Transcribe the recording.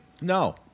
No